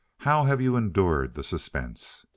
how have you endured the suspense?